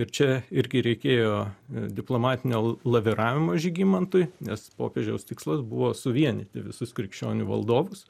ir čia irgi reikėjo diplomatinio laviravimo žygimantui nes popiežiaus tikslas buvo suvienyti visus krikščionių valdovus